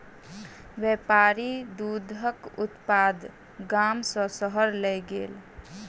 व्यापारी दूधक उत्पाद गाम सॅ शहर लय गेल